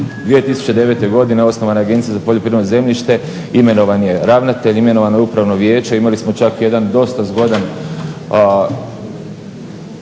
2009. godine osnovana je Agencija za poljoprivredno zemljište, imenovan je ravnatelj, imenovano je upravno vijeće. Imali smo čak jedan dosta zgodan